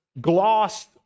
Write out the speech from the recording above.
gloss